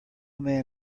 man